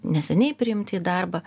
neseniai priimti į darbą